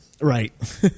right